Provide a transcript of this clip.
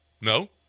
No